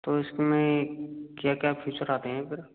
तो इस में क्या क्या फीचर आते हैं फिर